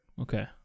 Okay